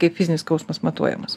kaip fizinis skausmas matuojamas